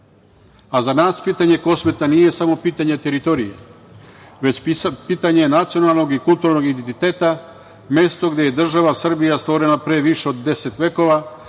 za nas pitanje Kosmeta nije samo pitanje teritorije, već pitanje nacionalnog i kulturnog identiteta, mesto gde je država Srbija stvorena pre više od 10 vekova.